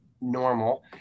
normal